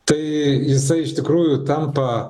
tai jisai iš tikrųjų tampa